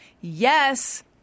Yes